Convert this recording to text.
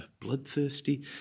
bloodthirsty